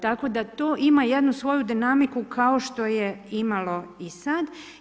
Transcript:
Tako da to ima jednu svoju dinamiku kao što je imalo i sad.